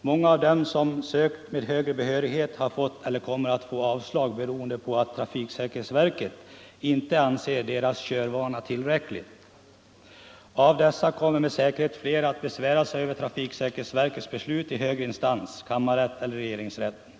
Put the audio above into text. Många av dem som sökt med högre behörighet har fått eller kommer att få avslag, beroende på att trafiksäkerhetsverket inte anser deras körvana tillräcklig. Av dessa kommer med säkerhet flera att besvära sig över trafiksäkerhetsverkets beslut i högre instans — kammarrätten eller regeringsrätten.